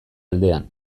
aldean